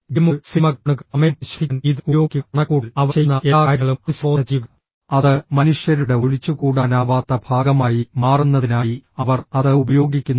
ഗെയിമുകൾ സിനിമകൾ കാണുക സമയം പരിശോധിക്കാൻ ഇത് ഉപയോഗിക്കുക കണക്കുകൂട്ടൽ അവർ ചെയ്യുന്ന എല്ലാ കാര്യങ്ങളും അഭിസംബോധന ചെയ്യുക അത് മനുഷ്യരുടെ ഒഴിച്ചുകൂടാനാവാത്ത ഭാഗമായി മാറുന്നതിനായി അവർ അത് ഉപയോഗിക്കുന്നു